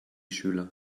schüler